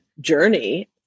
journey